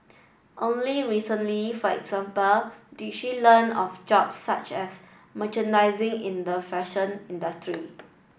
only recently for example did she learn of jobs such as merchandising in the fashion industry